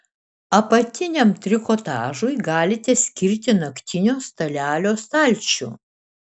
apatiniam trikotažui galite skirti naktinio stalelio stalčių